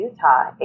Utah